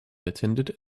attended